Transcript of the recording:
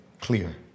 clear